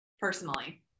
personally